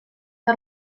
que